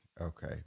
Okay